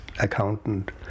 accountant